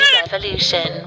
revolution